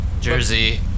Jersey